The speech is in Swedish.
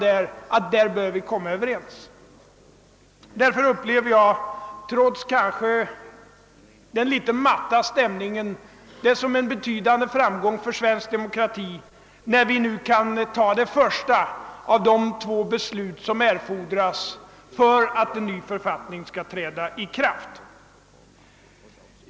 Trots den litet matta stämningen upplever jag det därför som en betydande framgång för svensk demokrati när vi nu kan ta det första av de två beslut som erfordras för att en ny författning skall träda i kraft.